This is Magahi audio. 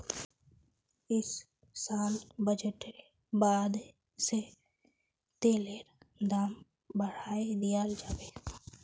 इस साल बजटेर बादे से तेलेर दाम बढ़ाय दियाल जाबे